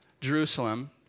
Jerusalem